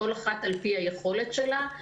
כל אחת על פי היכולת שלה.